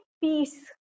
peace